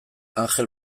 angel